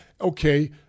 Okay